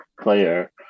player